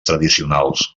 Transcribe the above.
tradicionals